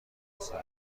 کاغذها